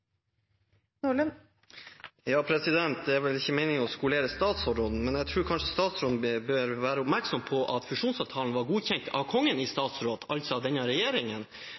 ikke meningen å skolere statsråden, men jeg tror kanskje statsråden bør være oppmerksom på at fusjonsavtalen var godkjent av Kongen i statsråd, altså av denne regjeringen,